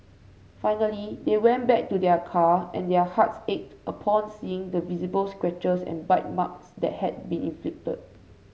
finally they went back to their car and their hearts ached upon seeing the visible scratches and bite marks that had been inflicted